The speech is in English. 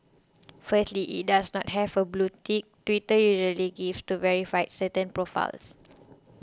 firstly it does not have a blue tick Twitter usually gives to verify certain profiles